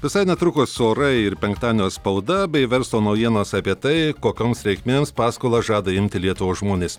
visai netrukus orai ir penktadienio spauda bei verslo naujienos apie tai kokioms reikmėms paskolą žada imti lietuvos žmonės